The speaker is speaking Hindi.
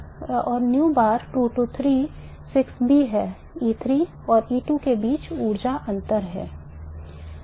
और 6B है E3 और E2 के बीच ऊर्जा अंतर है